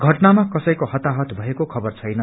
घटनामा कसैको हताहत भएको खबर छैन